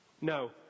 no